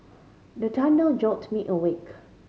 the thunder jolt me awake